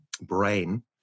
brain